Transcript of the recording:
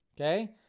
Okay